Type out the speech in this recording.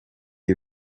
you